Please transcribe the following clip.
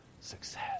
success